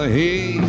hey